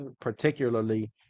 particularly